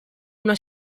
una